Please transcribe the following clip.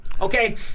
Okay